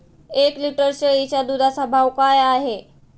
एक लिटर शेळीच्या दुधाचा भाव काय आहे?